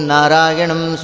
Narayanam